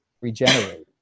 regenerate